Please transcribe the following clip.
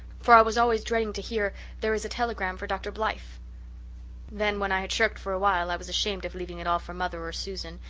for i was always dreading to hear there is a telegram for dr. blythe then, when i had shirked for a while, i was ashamed of leaving it all for mother or susan,